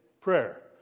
prayer